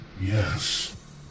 Yes